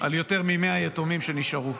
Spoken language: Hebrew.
על יותר מ-100 יתומים שנשארו.